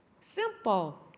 Simple